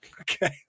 Okay